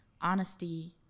honesty